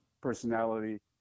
personality